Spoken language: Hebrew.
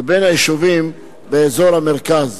לבין היישובים באזור המרכז.